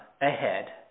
ahead